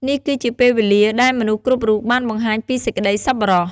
នេះគឺជាពេលវេលាដែលមនុស្សគ្រប់រូបបានបង្ហាញពីសេចក្តីសប្បុរស។